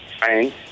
Fine